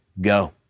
go